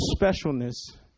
specialness